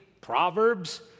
Proverbs